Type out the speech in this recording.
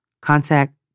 contact